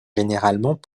généralement